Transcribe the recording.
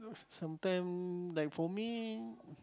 sometime like for me